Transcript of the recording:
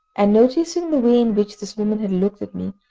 and noticing the way in which this woman had looked at me,